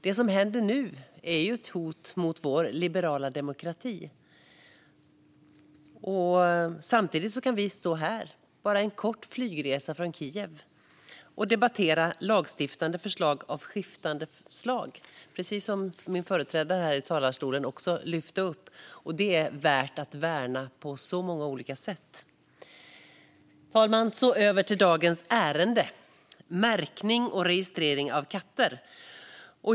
Det som händer nu är ett hot mot vår liberala demokrati. Samtidigt kan vi stå här, bara en kort flygresa från Kiev, och debattera lagstiftningsförslag av skiftande slag, precis som min företrädare här i talarstolen lyfte upp. Detta är värt att värna på många olika sätt. Märkning och regi-strering av katter Fru talman! Över till dagens ärende: märkning och registrering av katter.